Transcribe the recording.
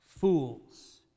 fools